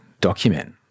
document